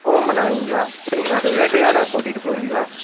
கோம்பை நாய்ங்களா சரிங்க அது வேட்டையாட கூட்டிகிட்டு போவீங்களா